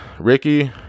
Ricky